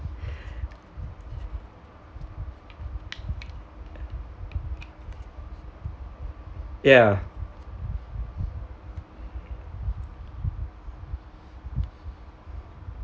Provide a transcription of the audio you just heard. ya